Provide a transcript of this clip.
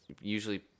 usually